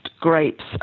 grapes